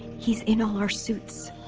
he's in all our suits,